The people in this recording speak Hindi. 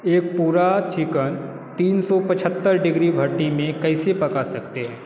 एक पूरा चिकन तीन सौ पचहत्तर डिग्री भट्टी में कैसे पका सकते हैं